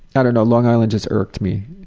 i don't know, long island just irked me.